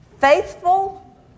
faithful